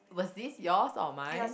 was this yours or mine